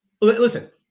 listen